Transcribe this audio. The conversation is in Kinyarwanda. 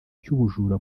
cy’ubujura